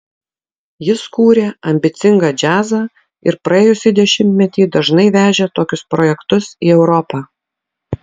jis kūrė ambicingą džiazą ir praėjusį dešimtmetį dažnai vežė tokius projektus į europą